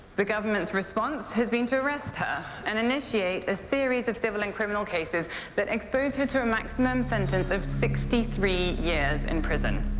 the government's response has been to arrest her and initiate a series of civil and criminal cases that expose her to a maximum sentence of sixty three years in prison.